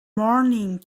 morning